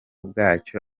bwacyo